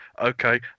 Okay